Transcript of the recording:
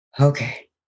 okay